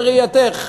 בראייתך.